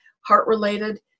heart-related